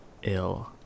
Ill